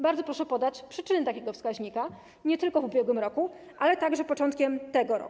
Bardzo proszę podać przyczyny takiego wskaźnika, nie tylko w ubiegłym roku, ale także z początku tego roku.